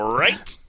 right